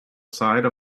side